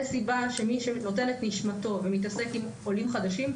אין סיבה שמי שנותן את נשמתו ומתעסק עם עולים חדשים,